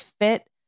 fit